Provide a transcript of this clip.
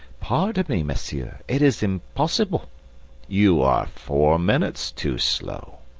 pardon me, monsieur, it is impossible you are four minutes too slow.